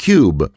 Cube